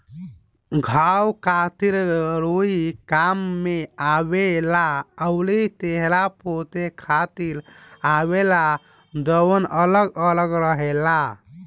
घाव खातिर रुई काम में आवेला अउरी चेहरा पोछे खातिर भी आवेला जवन अलग अलग रहेला